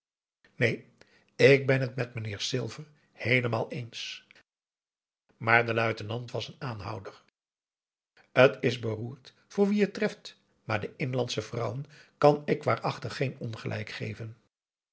neen ik ben het met mijnheer silver heelemaal eens maar de luitenant was een aanhouder t is beroerd voor wien het treft maar de inlandsche vrouwen kan ik waarachtig geen ongelijk geven